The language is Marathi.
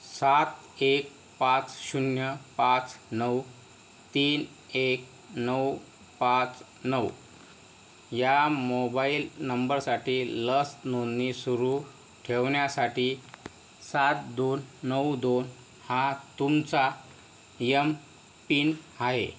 सात एक पाच शून्य पाच नऊ तीन एक नऊ पाच नऊ या मोबाईल नंबरसाठी लस नोंदणी सुरू ठेवण्यासाठी सात दोन नऊ दोन हा तुमचा यमपिन आहे